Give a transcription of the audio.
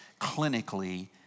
clinically